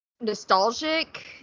nostalgic